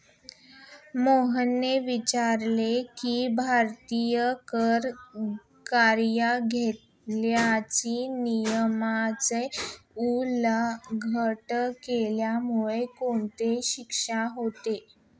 मोहनने विचारले की, भारतीय कर कायद्याच्या नियमाचे उल्लंघन केल्यामुळे कोणती शिक्षा होते?